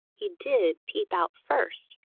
he did peep out first,